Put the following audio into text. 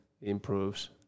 improves